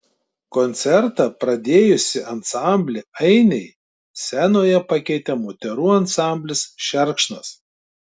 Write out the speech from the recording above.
koncertą pradėjusį ansamblį ainiai scenoje pakeitė moterų ansamblis šerkšnas